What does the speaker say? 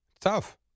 Tough